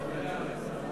ההצעה להעביר את הצעת